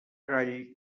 gall